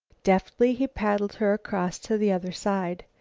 deftly, he paddled her across to the other side.